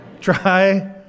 try